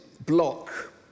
block